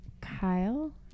kyle